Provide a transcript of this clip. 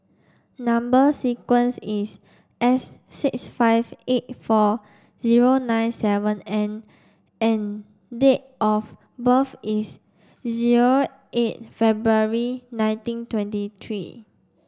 number sequence is S six five eight four zero nine seven N and date of birth is zero eight February nineteen twenty three